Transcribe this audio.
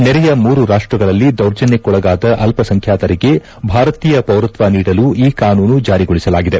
ನೆರೆಯ ಮೂರು ರಾಷ್ಟಗಳಲ್ಲಿ ದೌರ್ಜನ್ನಕ್ಕೊಳಗಾದ ಅಲ್ಲಸಂಖ್ಯಾತರಿಗೆ ಭಾರತೀಯ ಪೌರತ್ವ ನೀಡಲು ಈ ಕಾನೂನು ಜಾರಿಗೊಳಿಸಲಾಗಿದೆ